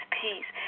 peace